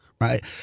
right